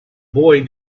boy